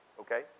okay